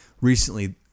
recently